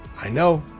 i know,